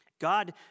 God